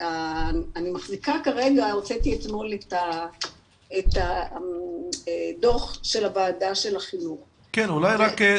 הוצאתי אתמול את הדו"ח של הוועדה של החינוך --- אולי רק,